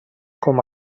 com